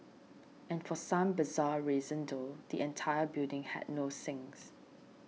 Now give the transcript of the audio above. and for some bizarre reason though the entire building had no sinks